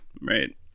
Right